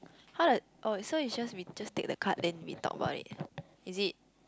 how does oh so is just we just take the card then we talk about it is it